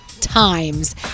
times